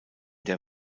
der